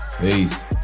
peace